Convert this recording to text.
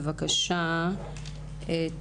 בבקשה,